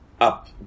up